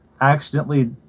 accidentally